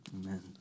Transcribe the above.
Amen